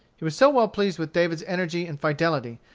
he was so well pleased with david's energy and fidelity,